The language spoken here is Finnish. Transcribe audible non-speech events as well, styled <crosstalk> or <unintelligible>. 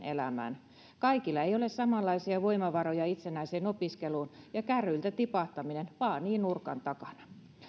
<unintelligible> elämään kaikilla ei ole samanlaisia voimavaroja itsenäiseen opiskeluun ja kärryiltä tipahtaminen vaanii nurkan takana